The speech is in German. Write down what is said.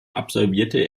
absolvierte